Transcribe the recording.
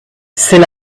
c’est